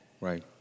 Right